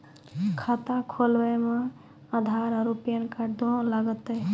खाता खोलबे मे आधार और पेन कार्ड दोनों लागत?